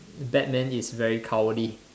batman is very cowardly